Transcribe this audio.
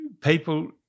people